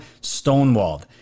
stonewalled